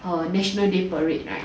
err national day parade right